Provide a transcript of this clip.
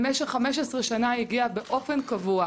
במשך 15 שנה הוא הגיע באופן קבוע.